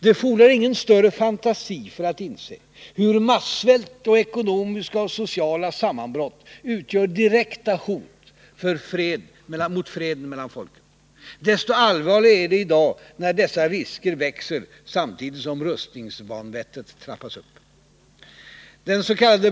Det fordrar ingen större fantasi för att inse hur massvält och ekonomiska och sociala sammanbrott utgör direkta hot mot fred mellan folken. Desto allvarligare är det i dag när dessa risker växer samtidigt som rustningsvanvettet trappas upp.